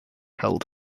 held